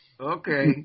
Okay